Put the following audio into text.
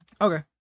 Okay